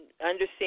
understand